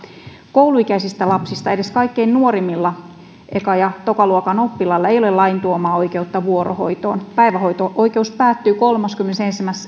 kouluikäisistä lapsista edes kaikkein nuorimmilla eka ja tokaluokan oppilailla ei ole lain tuomaa oikeutta vuorohoitoon päivähoito oikeus päättyy kolmaskymmenesensimmäinen